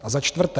A za čtvrté.